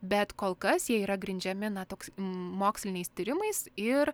bet kol kas jie yra grindžiami na toks moksliniais tyrimais ir